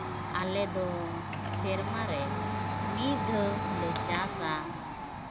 ᱟᱞᱮ ᱫᱚ ᱥᱮᱨᱢᱟ ᱨᱮ ᱢᱤᱫ ᱫᱷᱟᱣ ᱞᱮ ᱪᱟᱥᱟ